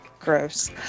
gross